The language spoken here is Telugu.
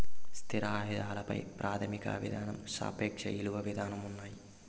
స్థిర ఆదాయాల పై ప్రాథమిక విధానం సాపేక్ష ఇలువ విధానం ఉన్నాయి